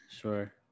Sure